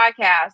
podcast